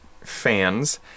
fans